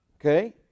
Okay